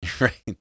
Right